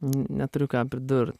n neturiu ką pridur